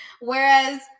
Whereas